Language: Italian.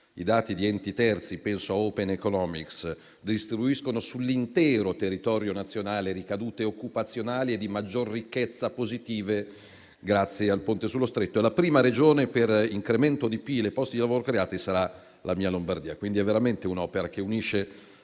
I dati di enti terzi - penso a OpenEconomics - distribuiscono infatti sull'intero territorio nazionale ricadute occupazionali e di maggior ricchezza positive grazie al Ponte sullo Stretto. La prima Regione per incremento di PIL e posti di lavoro creati sarà la mia Lombardia. È quindi veramente un'opera che unisce